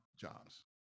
jobs